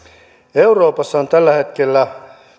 euroopassa on tällä hetkellä